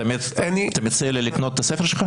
אתה מציע לי לקנות את הספר שלך?